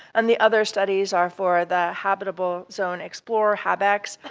and the other studies are for the habitable zone explorer, habex,